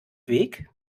weg